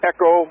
Echo